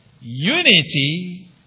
unity